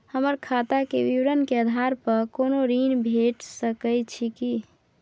हमर खाता के विवरण के आधार प कोनो ऋण भेट सकै छै की?